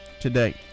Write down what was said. today